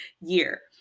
year